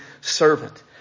servant